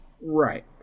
Right